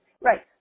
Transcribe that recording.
Right